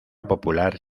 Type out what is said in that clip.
popular